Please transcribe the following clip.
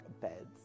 beds